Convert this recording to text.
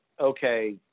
okay